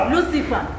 Lucifer